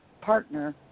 partner